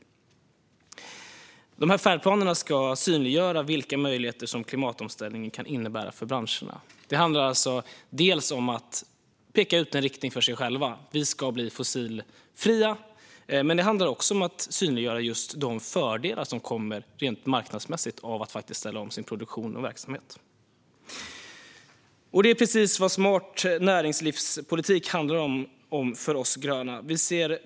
Färdplanerna ska synliggöra vilka möjligheter som klimatomställningen kan innebära för branscherna. Det handlar om att peka ut en riktning för branscherna själva - vi ska bli fossilfria - och det handlar också om att synliggöra de fördelar som kommer rent marknadsmässigt av att faktiskt ställa om sin produktion och verksamhet. Detta är precis vad smart näringslivspolitik handlar om för oss gröna.